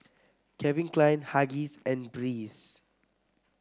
Calvin Klein Huggies and Breeze